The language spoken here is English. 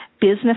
business